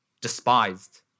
despised